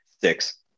Six